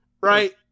right